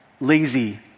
lazy